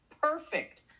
Perfect